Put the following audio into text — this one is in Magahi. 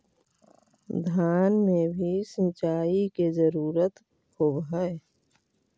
धान मे भी सिंचाई के जरूरत होब्हय?